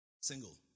Single